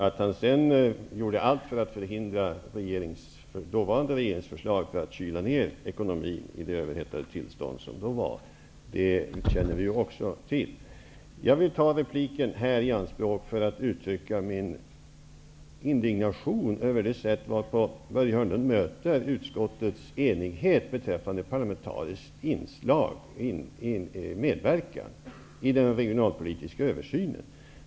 Att han gjorde allt för att förhindra dåvarande regeringens förslag för att kyla ned ekonomin i det överhettade tillstånd som rådde känner vi också till. Jag vill ta den här repliken i anspråk för att uttrycka min indignation över det sätt på vilket Börje Hörnlund möter utskottets enighet beträffande parlamentarisk medverkan i den regionalpolitiska översynen.